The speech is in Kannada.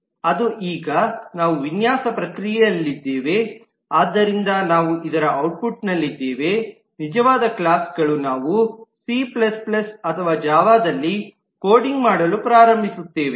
ಅದು ಈಗ ನಾವು ವಿನ್ಯಾಸ ಪ್ರಕ್ರಿಯೆಯಲ್ಲಿದ್ದೇವೆ ಆದ್ದರಿಂದ ನಾವು ಇದರ ಔಟ್ಪುಟ್ನಲ್ಲಿದ್ದೇವೆ ನಿಜವಾದ ಕ್ಲಾಸ್ ಗಳು ನಾವು ಸಿ C ಅಥವಾ ಜಾವಾದಲ್ಲಿ ಕೋಡಿಂಗ್ ಮಾಡಲು ಪ್ರಾರಂಭಿಸುತ್ತೇವೆ